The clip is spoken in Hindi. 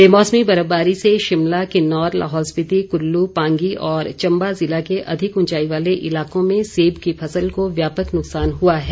बेमौसमी बर्फबारी से शिमला किन्नौर लाहौल स्पीति कुल्लू पांगी और चंबा जिला के अधिक ऊंचाई वाले इलाकों में सेब की फसल को व्यापक नुकसान हुआ है